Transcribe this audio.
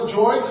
joy